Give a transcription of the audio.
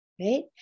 Right